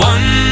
One